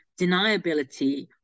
deniability